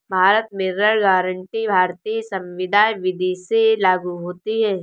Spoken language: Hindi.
भारत में ऋण गारंटी भारतीय संविदा विदी से लागू होती है